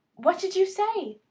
what did you say?